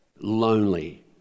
lonely